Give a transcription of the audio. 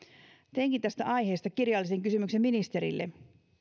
teinkin tästä aiheesta kirjallisen kysymyksen ministerille